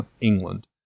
England